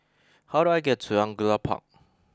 how do I get to Angullia Park